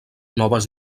noves